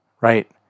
right